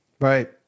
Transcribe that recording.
Right